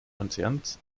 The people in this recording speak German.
konzerns